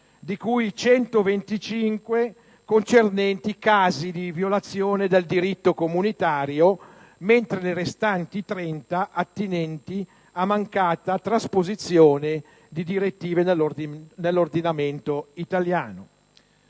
di cui 125 concernenti casi di violazione del diritto comunitario mentre le restanti 30 attinenti a mancata trasposizione di direttive nell'ordinamento italiano.